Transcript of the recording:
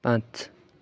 पाँच